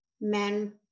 men